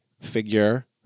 figure